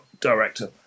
director